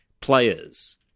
players